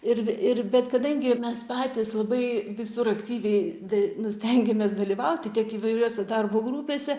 ir ir bet kadangi mes patys labai visur aktyviai da nu stengiamės dalyvauti tiek įvairiose darbo grupėse